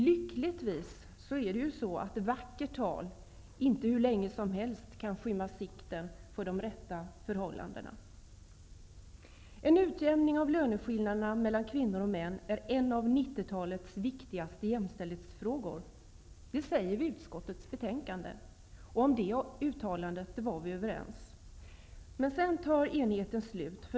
Lyckligtvis är det så att vackert tal inte hur länge som helst kan skymma sikten för de rätta förhållandena. En utjämning av löneskillnaderna mellan kvinnor och män är en av 90-talets viktigaste jämställdhetsfrågor. Det säger vi i utskottets betänkande. Om det uttalandet var vi överens, men där tar enigheten slut.